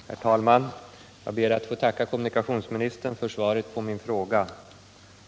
Herr talman! Jag ber att få tacka kommunikationsministern för svaret på min fråga.